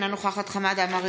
אינה נוכחת חמד עמאר,